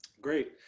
Great